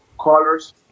colors